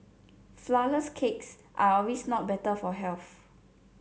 flourless cakes are not always better for health